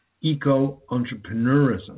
eco-entrepreneurism